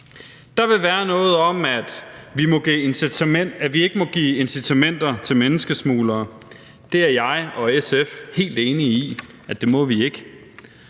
Der vil være noget om, at vi ikke må give incitamenter til menneskesmuglere. Det er jeg og SF helt enige i at vi ikke